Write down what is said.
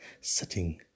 sitting